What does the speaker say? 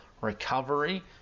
recovery